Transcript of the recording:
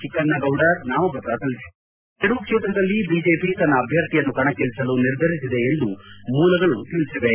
ಚಿಕ್ಕನ್ಗೌಡರ್ ನಾಮಪತ್ರ ಸಲ್ಲಿಸಲಿದ್ದಾರೆ ಈ ಎರಡೂ ಕ್ಷೇತ್ರದಲ್ಲಿ ಬಿಜೆಪಿ ತನ್ನ ಅಭ್ಯರ್ಥಿಯನ್ನು ಕಣಕಳಿಸಲು ನಿರ್ಧರಿಸಿದೆ ಎಂದು ಮೂಲಗಳು ತಿಳಿಸಿವೆ